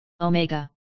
Omega